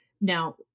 Now